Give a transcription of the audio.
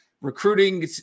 recruiting